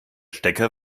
stecker